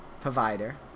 provider